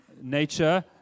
nature